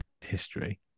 history